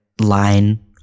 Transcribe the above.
line